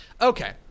Okay